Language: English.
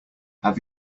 have